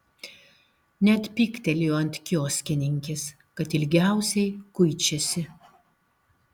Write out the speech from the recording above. net pyktelėjo ant kioskininkės kad ilgiausiai kuičiasi